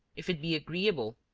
if it be agreeable,